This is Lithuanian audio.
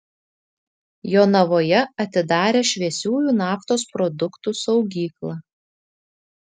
jonavoje atidarė šviesiųjų naftos produktų saugyklą